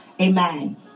Amen